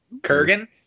Kurgan